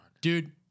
Dude